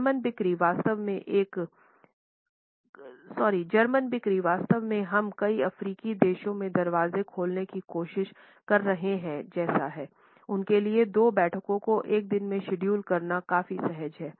German बिक्री वास्तव में हम कई अफ्रीकी देशों में दरवाज़े खोलने की कोशिश कर रहे हैं जैसा हैं उनके लिए दो बैठकों को एक दिन में शेड्यूल करना काफी सहज हैं